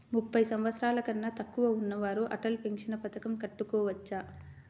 ముప్పై సంవత్సరాలకన్నా తక్కువ ఉన్నవారు అటల్ పెన్షన్ పథకం కట్టుకోవచ్చా?